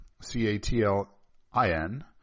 C-A-T-L-I-N